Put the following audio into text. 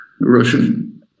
Russian